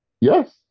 Yes